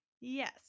yes